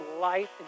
life